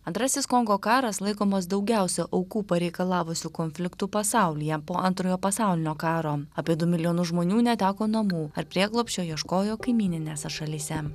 antrasis kongo karas laikomas daugiausiai aukų pareikalavusių konfliktų pasaulyje po antrojo pasaulinio karo apie du milijonus žmonių neteko namų ar prieglobsčio ieškojo kaimyninėse šalyse